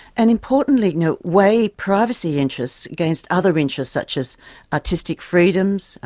and importantly, you know weigh privacy interests against other interests such as artistic freedoms,